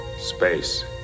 space